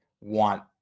want